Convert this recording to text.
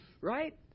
Right